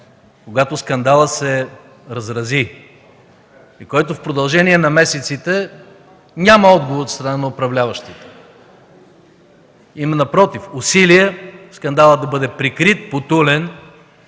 когато скандалът се разрази и който в продължение на месеци няма отговор от страна на управляващите. Напротив, има усилие скандалът да бъде прикрит, потулен